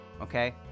okay